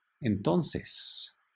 Entonces